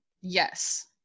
Yes